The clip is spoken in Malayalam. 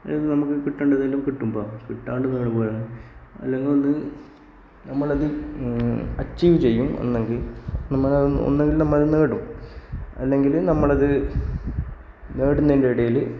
അത് നമുക്ക് കിട്ടേണ്ടതെല്ലാം കിട്ടുമ്പം കിട്ടാണ്ട് എവിടെ പോകാൻ അല്ലെങ്കിൽ അത് നമ്മളത് അച്ചീവ് ചെയ്യും എന്നുപറഞ്ഞാൽ നമ്മൾ ഒന്നുങ്കില് നമുക്ക് കിട്ടും അല്ലെങ്കിൽ നമ്മളത് നേടണം